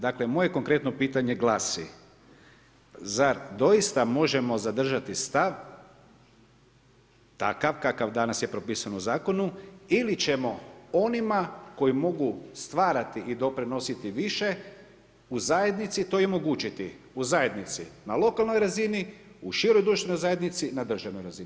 Dakle, moje konkretno pitanje glasi: „Zar doista možemo zadržati stav takav kakav danas je propisan u zakonu ili ćemo onima koji mogu stvarati i doprinositi više u zajednici to i omogućiti, u zajednici na lokalnoj razini, u široj društvenoj zajednici, na državnoj razini.